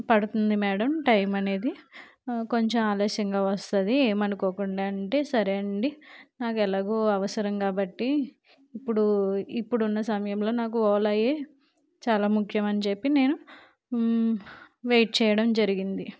పడుతుంది madam time అనేది కొంచెం ఆలస్యంగా వస్తది ఏమనుకోకుండా ఉంటే సరే అండి నాకు ఎలాగో అవసరం కాబట్టి ఇప్పుడు ఇప్పుడున్న సమయంలో నాకు అలాగే చాలా ముఖ్యమని చెప్పి నేను వెయిట్ చేయడం జరిగింది